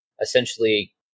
essentially